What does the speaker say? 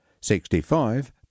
sixty-five